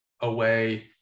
away